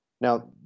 Now